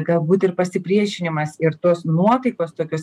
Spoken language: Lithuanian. galbūt ir pasipriešinimas ir tos nuotaikos tokios